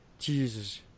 Jesus